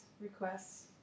requests